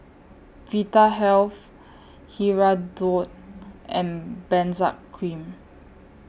Vitahealth Hirudoid and Benzac Cream